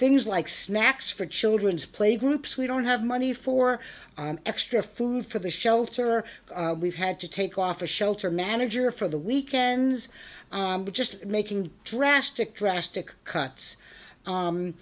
things like snacks for children's playgroups we don't have money for an extra food for the shelter we've had to take off the shelter manager for the weekends just making drastic drastic cuts